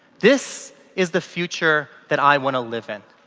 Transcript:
this is the future that i want to live in.